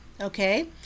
okay